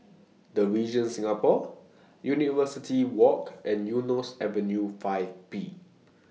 The Regent Singapore University Walk and Eunos Avenue five B